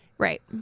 Right